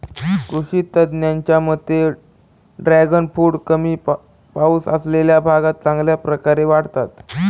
कृषी तज्ज्ञांच्या मते ड्रॅगन फ्रूट कमी पाऊस असलेल्या भागात चांगल्या प्रकारे वाढतात